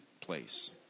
place